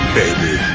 baby